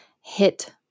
hit